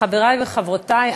חברי וחברותי,